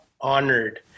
honored